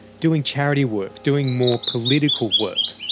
doing charity work, doing more political work.